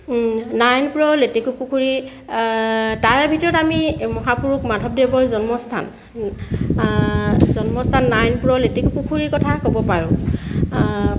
নাৰায়ণপুৰৰ লেতেকুপুখুৰী তাৰে ভিতৰত আমি মহাপুৰুষ মাধৱদেৱৰ জন্মস্থান জন্মস্থান নাৰায়ণপুৰৰ লেটেকু পুখুৰীৰ কথা ক'ব পাৰোঁ